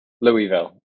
Louisville